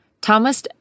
Thomas